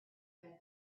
read